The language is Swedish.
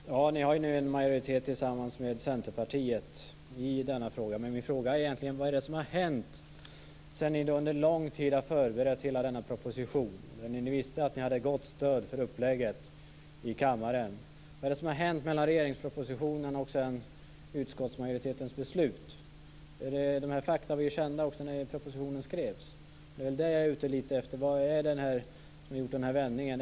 Fru talman! Ja, ni har en majoritet tillsammans med Centerpartiet i denna fråga. Men min fråga var egentligen vad som har hänt sedan ni under lång tid har förberett hela denna proposition. Ni visste att ni hade gott stöd för upplägget i kammaren. Vad är det som har hänt mellan regeringspropositionen och utskottsmajoritetens beslut? Dessa fakta var ju kända när propositionen skrevs. Det är lite det jag är ute efter, vad är det som har medfört den här vändningen?